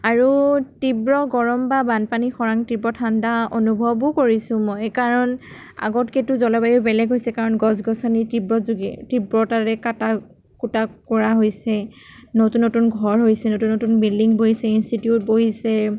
আৰু তীব্ৰ গৰম বা বানপানী খৰাং তীব্ৰ ঠাণ্ডা অনুভৱো কৰিছোঁ মই কাৰণ আগতকৈতো জলবায়ু বেলেগ হৈছে কাৰণ গছ গছনি তীব্ৰ জোৰে তীব্ৰতাৰে কাটা কুটা কৰা হৈছে নতুন নতুন ঘৰ হৈছে নতুন নতুন বিল্ডিং বহিছে ইনষ্টিটিউত বহিছে